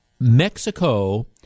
Mexico